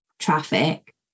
traffic